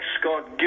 Scott